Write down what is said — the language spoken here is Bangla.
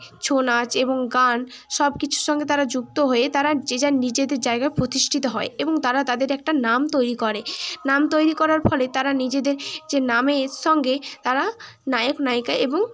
ছৌ নাচ এবং গান সব কিছুর সঙ্গে তারা যুক্ত হয়ে তারা যে যার নিজেদের জায়গায় প্রতিষ্ঠিত হয় এবং তারা তাদের একটা নাম তৈরি করে নাম তৈরি করার ফলে তারা নিজেদের যে নামের সঙ্গে তারা নায়ক নায়িকা এবং